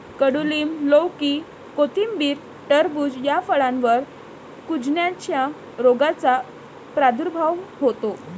कडूलिंब, लौकी, कोथिंबीर, टरबूज या फळांवर कुजण्याच्या रोगाचा प्रादुर्भाव होतो